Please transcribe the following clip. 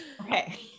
okay